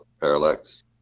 parallax